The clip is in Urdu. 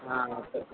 ہاں اوکے